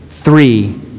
three